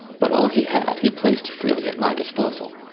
but all he had he placed freely at my disposal.